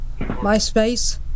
MySpace